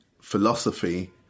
philosophy